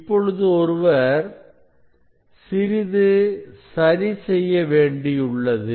இப்பொழுது ஒருவர் சிறிது சரி செய்ய வேண்டியுள்ளது